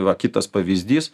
va kitas pavyzdys